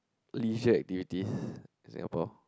leisure activities in Singapore